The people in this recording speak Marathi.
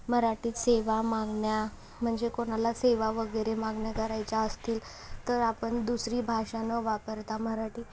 मराठीत सेवा मागण्या म्हणजे कोणाला सेवा वगैरे मागण्या करायच्या असतील तर आपण दुसरी भाषा न वापरता मराठी